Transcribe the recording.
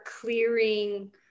clearing